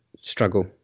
struggle